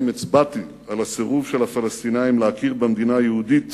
הצבעתי על הסירוב של הפלסטינים להכיר במדינה היהודית